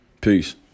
Peace